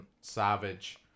Savage